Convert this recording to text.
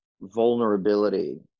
vulnerability